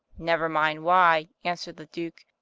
never mind why, answered the duke,